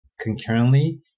concurrently